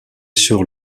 sur